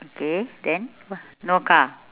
okay then no car